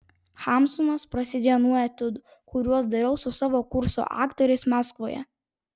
hamsunas prasidėjo nuo etiudų kuriuos dariau su savo kurso aktoriais maskvoje